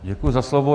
Děkuji za slovo.